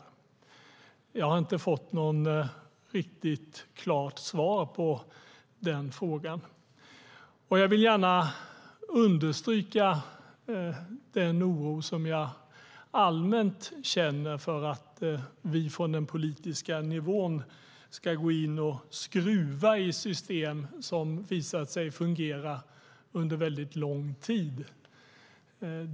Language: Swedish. Jag har inte fått något riktigt klart svar på den frågan. Jag vill gärna understryka den oro som jag allmänt känner för att vi från den politiska nivån ska gå in och skruva i system som har visat sig fungera under väldigt lång tid.